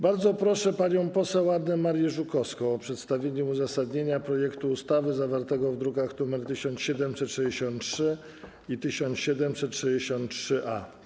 Bardzo proszę panią poseł Annę Marię Żukowską o przedstawienie uzasadnienia projektu ustawy zawartego w drukach nr 1763 i 1763-A.